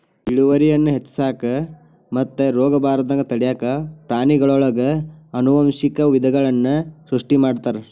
ಇಳುವರಿಯನ್ನ ಹೆಚ್ಚಿಸಾಕ ಮತ್ತು ರೋಗಬಾರದಂಗ ತಡ್ಯಾಕ ಪ್ರಾಣಿಗಳೊಳಗ ಆನುವಂಶಿಕ ವಿಧಗಳನ್ನ ಸೃಷ್ಟಿ ಮಾಡ್ತಾರ